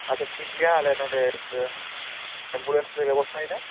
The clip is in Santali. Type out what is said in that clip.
ᱟᱪᱪᱷᱟ ᱴᱷᱤᱠ ᱜᱮᱭᱟ ᱟᱞᱮ ᱱᱚᱰᱮ ᱮᱢᱵᱩᱞᱮᱱᱥ ᱞᱮ ᱵᱮᱵᱚᱥᱛᱟᱭᱮᱫᱟ